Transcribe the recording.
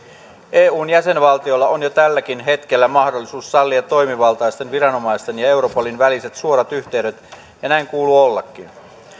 eun jäsenvaltiolla on jo tälläkin hetkellä mahdollisuus sallia toimivaltaisten viranomaisten ja europolin väliset suorat yhteydet ja näin kuuluu ollakin